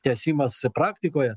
tęsimas praktikoje